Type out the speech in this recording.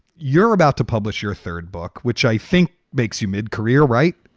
you're about to publish your third book, which i think makes you mid career, right.